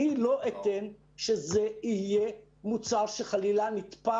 אי לא אתן שזה יהיה מוצר שחס וחלילה נתפר